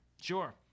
Sure